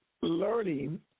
learning